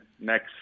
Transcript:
next